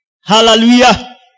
Hallelujah